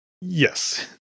Yes